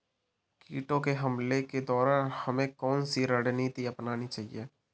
कीटों के हमलों के दौरान हमें कौन सी रणनीति अपनानी चाहिए?